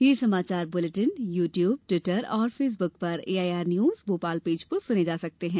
ये समाचार bulletin YouTube Twitter और फेसबुक पर एआईआर न्यूज भोपाल पेज पर सुने जा सकते हैं